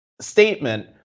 statement